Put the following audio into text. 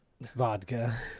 vodka